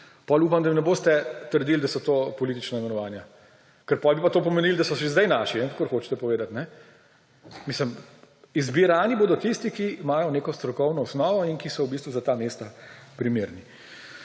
potem upam, da ne boste trdili, da so to politična imenovanja, ker potem bi pa to pomenilo, da so še zdaj naši, kakor hočete povedati. Izbrani bodo tisti, ki imajo neko strokovno osnovo in ki so v bistvu za ta mesta primerni.